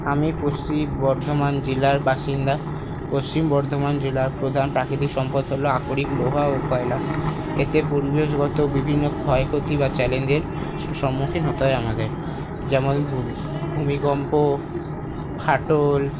আমি পশ্চিম বর্ধমান জেলার বাসিন্দা পশ্চিম বর্ধমান জেলার প্রধান প্রাকৃতিক সম্পদ হল আকরিক লোহা ও কয়লা এতে পরিবেশগত বিভিন্ন ক্ষয়ক্ষতি বা চ্যালেঞ্জের সম্মুখীন হতে হয় আমাদের যেমন ভূমিকম্প ফাটল